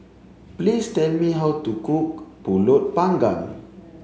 please tell me how to cook Pulut panggang